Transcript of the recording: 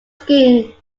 skiing